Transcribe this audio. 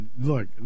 Look